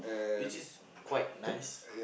which is quite nice